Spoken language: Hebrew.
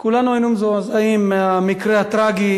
כולנו היינו מזועזעים מהמקרה הטרגי